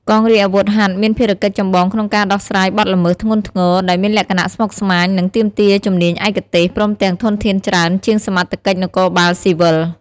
កងរាជអាវុធហត្ថមានភារកិច្ចចម្បងក្នុងការដោះស្រាយបទល្មើសធ្ងន់ធ្ងរដែលមានលក្ខណៈស្មុគស្មាញ និងទាមទារជំនាញឯកទេស ព្រមទាំងធនធានច្រើនជាងសមត្ថកិច្ចនគរបាលស៊ីវិល។